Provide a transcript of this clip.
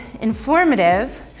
informative